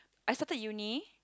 I started uni